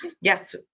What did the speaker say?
yes